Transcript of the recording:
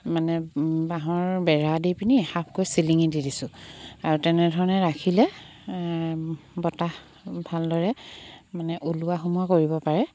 মানে বাঁহৰ বেৰা দি পিনি হাফকৈ চিলিঙি দি দিছোঁ আৰু তেনেধৰণে ৰাখিলে বতাহ ভালদৰে মানে ওলোৱা সোমোৱা কৰিব পাৰে